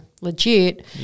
legit